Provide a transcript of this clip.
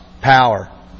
power